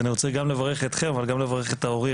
אז אני רוצה גם לברך אתכם אבל גם לברך את ההורים,